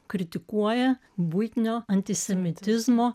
kritikuoja buitinio antisemitizmo